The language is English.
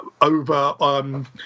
over